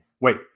wait